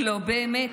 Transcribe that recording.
לא באמת.